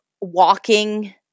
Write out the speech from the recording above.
walking